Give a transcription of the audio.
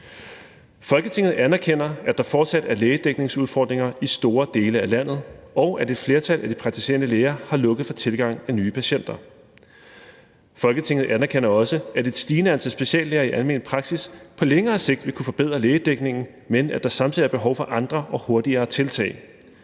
»Folketinget anerkender, at der fortsat er lægedækningsudfordringer i store dele af landet, og at et flertal af de praktiserende læger har lukket for tilgang af nye patienter. Folketinget anerkender også, at et stigende antal speciallæger i almen praksis på længere sigt vil kunne forbedre lægedækningen, men at der samtidig er behov for andre og hurtigere tiltag.